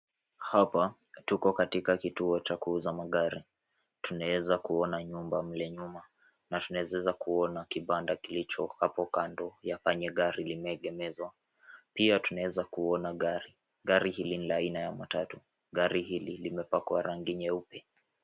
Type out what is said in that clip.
Hapa tuko katika kituo cha kuuza magari. Tunaweza kuona nyumba mle nyuma na tunaweza kuona kibanda kilicho hapo kando ya penye gari limeegemezwa. Pia tunaweza kuona gari, gari hili ni la aina ya matatu. Gari hili limepakwa rangi nyeupe.